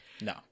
no